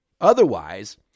Otherwise